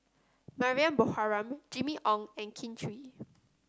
Mariam Baharom Jimmy Ong and Kin Chui